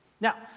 Now